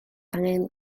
angen